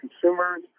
consumers